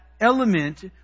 element